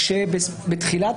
כאשר בתחילת